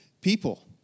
people